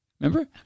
Remember